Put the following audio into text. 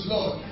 Lord